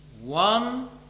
One